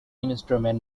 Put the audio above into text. instrument